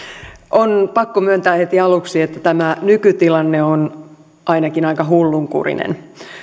on pakko myöntää heti aluksi että tämä nykytilanne on ainakin aika hullunkurinen